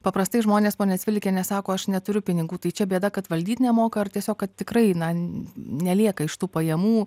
paprastai žmonės pone cvilikiene sako aš neturiu pinigų tai čia bėda kad valdyt nemoka ar tiesiog kadtikrai na n nelieka iš tų pajamų